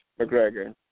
McGregor